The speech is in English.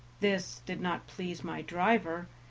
this did not please my driver,